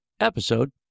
Episode